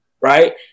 right